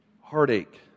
heartache